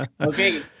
Okay